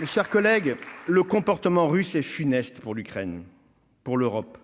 Mes chers collègues, le comportement russe est funeste pour l'Ukraine, pour l'Europe,